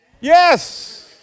Yes